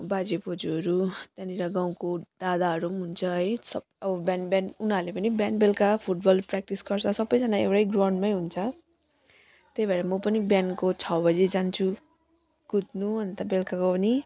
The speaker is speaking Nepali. बाजेबोजुहरू त्यहाँनिर गाउँको दादाहरू पनि हुन्छ है सब अब बिहान बिहान उनीहरूले पनि बिहान बेलुका फुटबल प्र्याक्टिस गर्छ सबैजना एउटै ग्राउन्डमै हुन्छ त्यही भएर म पनि बिहानको छ बजे जान्छु कुद्नु अनि त बेलुकाको पनि